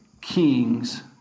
kings